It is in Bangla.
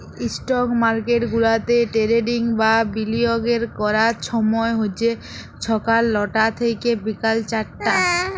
ইস্টক মার্কেট গুলাতে টেরেডিং বা বিলিয়গের ক্যরার ছময় হছে ছকাল লটা থ্যাইকে বিকাল চারটা